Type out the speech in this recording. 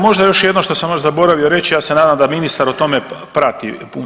Možda još jedno što sam zaboravio reći, ja se nadam da ministar o tome prati.